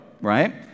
Right